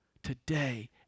Today